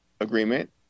agreement